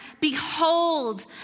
Behold